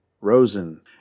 Rosen